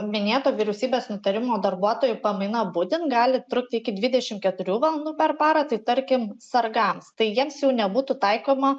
minėto vyriausybės nutarimo darbuotojų pamaina budint gali trukti iki dvidešim keturių valandų per parą tai tarkim sargams tai jiems jau nebūtų taikoma